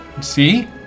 see